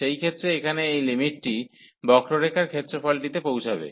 সেই ক্ষেত্রে এখানে এই লিমিটটি বক্ররেখার ক্ষেত্রফলটিতে পৌঁছবে